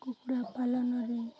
କୁକୁଡ଼ା ପାଳନରେ